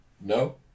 No